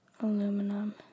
Aluminum